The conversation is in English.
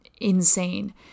insane